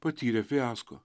patyrė fiasko